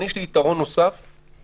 יש לי יתרון נוסף,